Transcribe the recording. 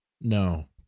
No